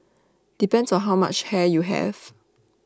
depends on how much hair you have